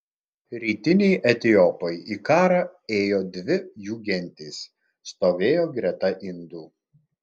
rytiniai etiopai į karą ėjo dvi jų gentys stovėjo greta indų